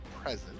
present